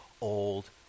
old